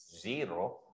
zero